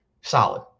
solid